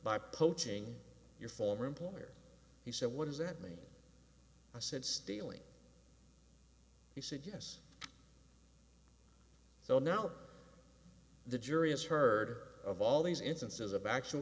by poaching your former employer he said what does that mean i said stealing he said yes so now the jury has heard of all these instances of actual